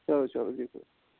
چَلو چَلو بِہِو